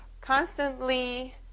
constantly